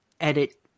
edit